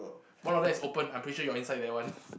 one of them is open I'm pretty sure you're inside that one